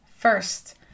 first